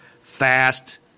fast